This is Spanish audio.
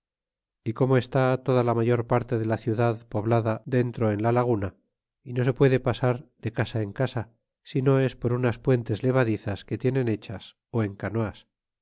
y como está toda la mayor parte de la ciudad poblada dentro en la laguna y no se puede pasar de casa en casa sino es por unas puentes levadizas que tienen hechas ó en canoas